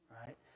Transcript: right